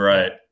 Right